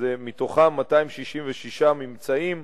מתוכם 266 ממצאים,